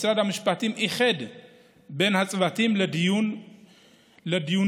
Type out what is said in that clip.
משרד המשפטים איחד את הצוותים לדיונים משותפים,